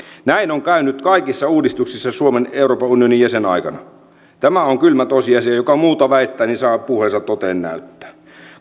näin on käynyt kaikissa uudistuksissa suomen euroopan unionin jäsenaikana tämä on kylmä tosiasia ja joka muuta väittää saa puheensa toteen näyttää